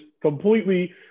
completely